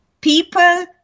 people